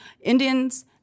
Indians